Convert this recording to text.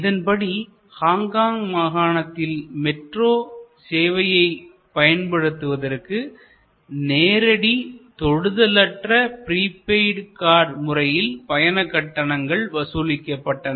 இதன்படி ஹாங்காங் மாகாணத்தின் மெட்ரோ சேவையைப் பயன்படுத்துவதற்கு நேரடி தொடுதலற்ற ப்ரீபெய்ட் கார்டு முறையில் பயண கட்டணங்கள் வசூலிக்கப்பட்டன